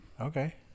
Okay